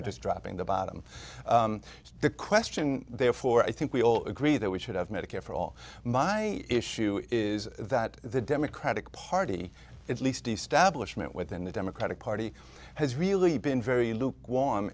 you're just dropping the bottom of the question therefore i think we all agree that we should have medicare for all my issue is that the democratic party at least establishment within the democratic party has really been very l